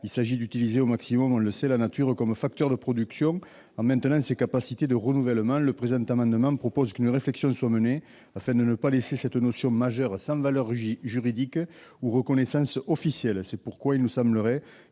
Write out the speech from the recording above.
Il s'agit d'utiliser au maximum la nature comme facteur de production, en maintenant ses capacités de renouvellement. Le présent amendement tend à ce qu'une réflexion soit menée afin de ne pas laisser cette notion majeure sans valeur juridique ou reconnaissance officielle. C'est pourquoi il nous semblerait